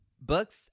Books